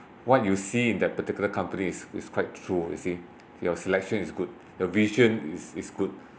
what you see in that particular company is is quite true you see your selection is good the vision is is good